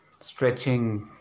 stretching